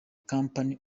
company